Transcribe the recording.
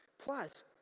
Plus